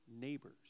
neighbors